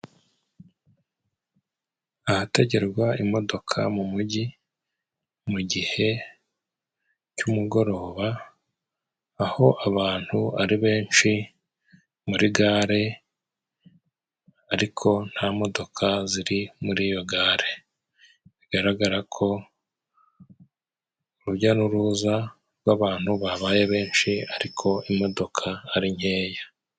Ahategerwa imodoka mu mujyi mu gihe cy'umugoroba aho abantu ari benshi muri gare ariko nta modoka ziri muri iyo gare bigaragara ko urujya n'uruza rw'abantu babaye benshi ariko imodoka ari nkeya.